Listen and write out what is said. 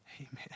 Amen